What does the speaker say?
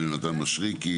יונתן מישרקי,